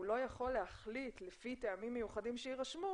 הוא לא יכול להחליט לפי טעמים מיוחדים שיירשמו